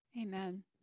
Amen